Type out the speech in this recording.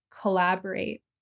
collaborate